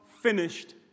finished